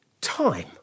time